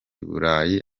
burayi